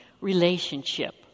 relationship